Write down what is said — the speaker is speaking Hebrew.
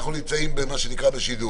אנחנו נמצאים בשידור.